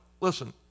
listen